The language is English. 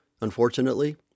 unfortunately